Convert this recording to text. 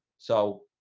so,